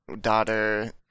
daughter